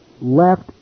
left